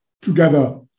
together